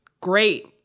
great